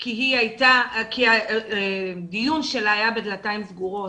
כי הדיון שלה היה בדלתיים סגורות.